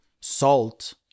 salt